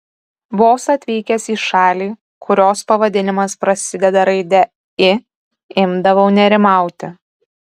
vos atvykęs į šalį kurios pavadinimas prasideda raide i imdavau nerimauti